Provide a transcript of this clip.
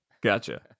gotcha